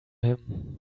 him